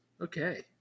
Okay